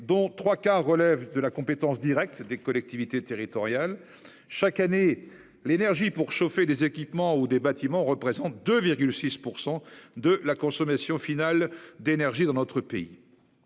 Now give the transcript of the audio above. dont les trois quarts relèvent de la compétence directe des collectivités territoriales. Chaque année, l'énergie pour chauffer des équipements ou des bâtiments représente 2,6 % de la consommation finale d'énergie du pays.